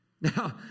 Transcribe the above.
Now